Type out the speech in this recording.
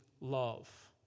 love